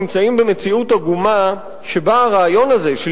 אנחנו נמצאים היום במציאות עגומה שבה הרעיון הזה של